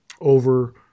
over